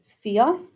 fear